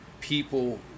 people